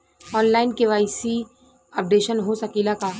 आन line KYC updation हो सकेला का?